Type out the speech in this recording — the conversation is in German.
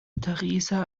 theresa